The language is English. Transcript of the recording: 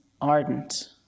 ardent